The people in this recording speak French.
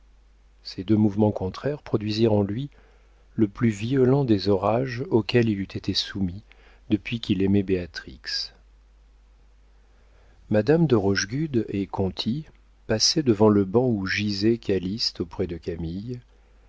ces deux mouvements contraires produisirent en lui le plus violent des orages auxquels il eût été soumis depuis qu'il aimait béatrix madame de rochegude et conti passaient devant le banc où gisait calyste auprès de camille